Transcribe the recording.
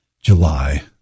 July